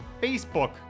Facebook